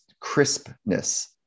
crispness